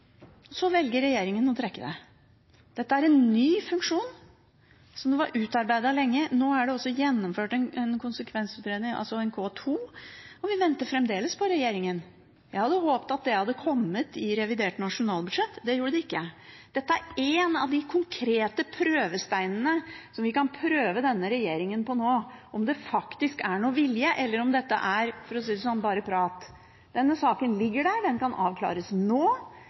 så velger regjeringen å trekke det. Dette er en ny funksjon, som var utredet lenge. Nå er det også gjennomført en konsekvensutredning, altså en K2, og vi venter fremdeles på regjeringen. Jeg hadde håpet at det hadde kommet i revidert nasjonalbudsjett – det gjorde det ikke. Dette er en av de konkrete prøvesteinene som vi kan prøve denne regjeringen på nå – om det faktisk er noen vilje eller om dette er bare prat. Denne saken ligger der, og den kan oppklares nå.